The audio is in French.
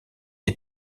est